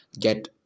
get